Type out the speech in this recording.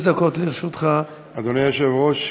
אדוני היושב-ראש,